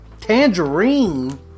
Tangerine